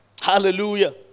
Hallelujah